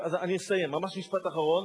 אז אני אסיים, ממש משפט אחרון.